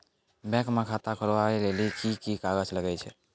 Bank म खाता खोलवाय लेली की की कागज लागै छै?